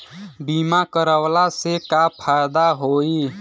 बीमा करवला से का फायदा होयी?